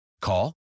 Call